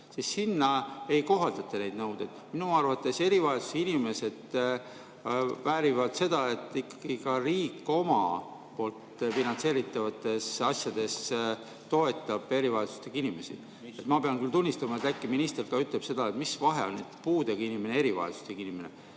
–, sinna ei kohaldata neid nõudeid. Minu arvates erivajadusega inimesed väärivad seda, et ikkagi ka riik oma poolt finantseeritavates asjades toetab erivajadustega inimesi. Ma pean küll tunnistama, et [ma ei tea,] äkki minister ütleb seda, mis vahe on puudega inimesel ja erivajadusega inimesel.